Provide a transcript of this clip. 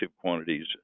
quantities